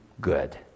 good